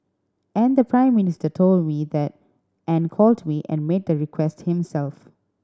and the Prime Minister told me that and called me and made that request himself